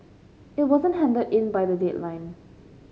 it wasn't handed in by the deadline